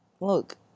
Look